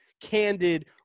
candid